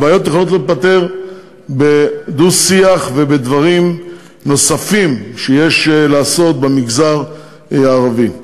הבעיות יכולות להיפתר בדו-שיח ובדברים נוספים שיש לעשות במגזר הערבי.